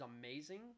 amazing